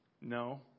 No